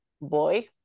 boy